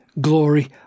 glory